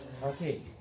Okay